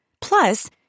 Plus